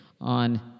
on